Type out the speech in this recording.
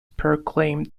proclaimed